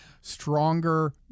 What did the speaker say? stronger